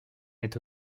est